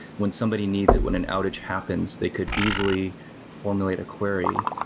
when somebody needs it, when an outage happens, they could easily formulate a query,